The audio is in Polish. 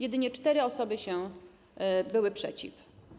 Jedynie cztery osoby były przeciw.